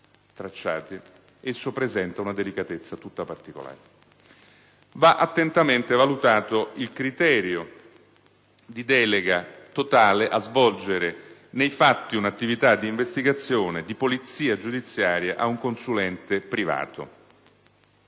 presentano una delicatezza tutto particolare. Va attentamente valutato il criterio di delega totale a svolgere, nei fatti, un'attività di investigazione e di polizia giudiziaria ad un consulente privato.